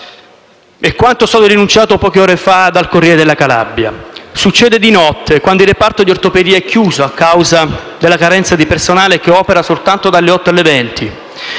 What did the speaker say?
È quanto denunciato poche ore fa dal «Corriere della Calabria». Succede di notte, quando il reparto di ortopedia è chiuso a causa della carenza di personale che opera soltanto dalle ore 8 alle ore